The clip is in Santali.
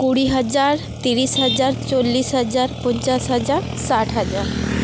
ᱠᱩᱲᱤ ᱦᱟᱡᱟᱨ ᱛᱤᱨᱤᱥ ᱦᱟᱡᱟᱨ ᱪᱚᱞᱞᱤᱥ ᱦᱟᱡᱟᱨ ᱯᱚᱧᱪᱟᱥ ᱦᱟᱡᱟᱨ ᱥᱟᱴ ᱦᱟᱡᱟᱨ